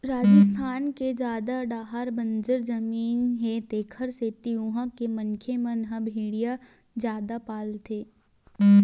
राजिस्थान के जादा डाहर बंजर जमीन हे तेखरे सेती उहां के मनखे मन ह भेड़िया जादा पालथे